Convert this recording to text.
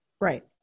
Right